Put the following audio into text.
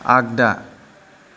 आग्दा